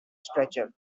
stretcher